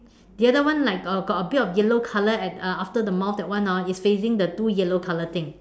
the other one like got got a bit a bit yellow color at uh after the mouth that one orh is facing the two yellow color thing